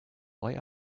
why